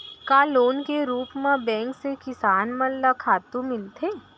का लोन के रूप मा बैंक से किसान मन ला खातू मिलथे?